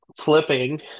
flipping